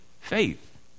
faith